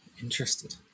Interested